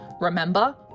Remember